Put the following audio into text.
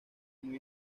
muy